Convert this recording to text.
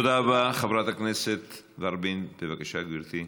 תודה רבה, חברת הכנסת ורבין, בבקשה, גברתי.